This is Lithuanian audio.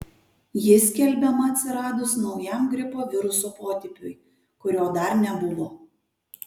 ji skelbiama atsiradus naujam gripo viruso potipiui kurio dar nebuvo